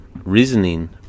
reasoning